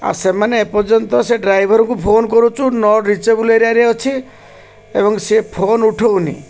ଆଉ ସେମାନେ ଏପର୍ଯ୍ୟନ୍ତ ସେ ଡ୍ରାଇଭର୍କୁ ଫୋନ୍ କରୁଛୁ ନ ରିଚେଏବୁଲ୍ ଏରିଆରେ ଅଛି ଏବଂ ସି ଫୋନ୍ ଉଠଉନି